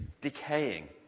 decaying